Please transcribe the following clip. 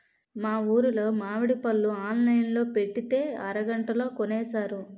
మా ఊరులో మావిడి పళ్ళు ఆన్లైన్ లో పెట్టితే అరగంటలో కొనేశారు